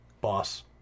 boss